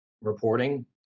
reporting